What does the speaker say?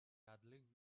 cuddling